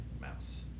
mouse